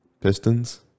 Pistons